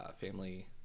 family